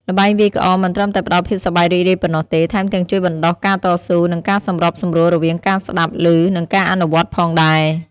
ល្បែងវាយក្អមមិនត្រឹមតែផ្ដល់ភាពសប្បាយរីករាយប៉ុណ្ណោះទេ ថែមទាំងជួយបណ្ដុះការតស៊ូ និងការសម្របសម្រួលរវាងការស្ដាប់ឮ និងការអនុវត្តផងដែរ។